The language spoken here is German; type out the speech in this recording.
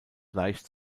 leicht